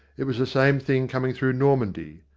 it was the same thing coming through normandy.